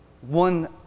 one